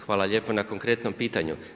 Hvala lijepo na konkretnom pitanju.